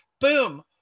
boom